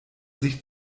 sich